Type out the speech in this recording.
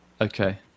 okay